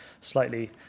slightly